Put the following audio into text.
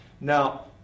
Now